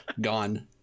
Gone